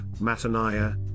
Mataniah